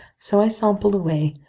so i sampled away,